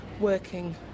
working